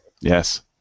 Yes